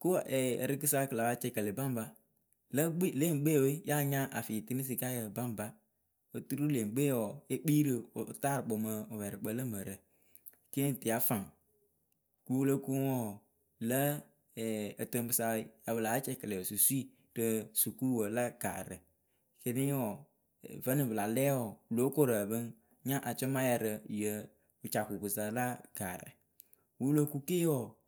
kopa ǝrɨkɨsa kɨ la pa cɛkɛlɛ baŋba lǝ kpi leŋ kpe we ya nya afɩ tɨnɨ sɩka baŋba oturu leŋkpe wɔɔ le kpii rɨ wɨtaarɨkpǝ mɨ wɨpɛɛrɩkpǝ lǝ mǝrǝ kɩyɩŋ tɨ ya faŋ wu wɨ lo kuŋ wɔɔ lǝ̌ ǝtɨŋpɨsa ya pɨ la cɛkɛlɛ susui rɨ sukuwǝ la gaarǝ kɩnɩ ɔŋ vǝnɨŋ pɨ la lɛ wɔɔ pɨ lo korǝ pɨŋ amɨnya acɔma rɨ yɨ wɨcakupkǝ sa la gaarǝ. wǝ wɨ lo kuŋ ke wɔɔ.